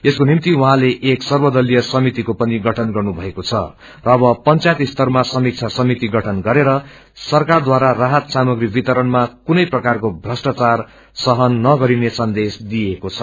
यसकोनिभ्ति उहाँले एक सर्वदलीय समितिको पनि गठन गर्नुभएको छ र अब पंचायत स्तरमा समीक्षा समिति गठन गरेर सरकारले राहत सामग्री वितरणमा कुनै प्रकारको श्रष्टाचार सहन नगरिने सन्देश दिएको छ